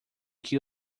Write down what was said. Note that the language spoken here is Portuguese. que